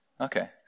Okay